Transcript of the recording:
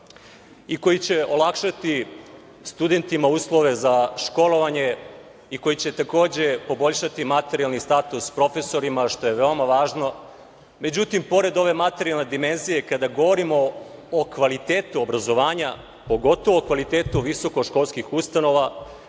i koji će olakšati studentima uslove za školovanje i koji će takođe poboljšati materijalni status profesorima, što je veoma važno. Međutim, pored ove materijalne dimenzije, kada govorimo o kvalitetu obrazovanja, pogotovo o kvalitetu visokoškolskih ustanova,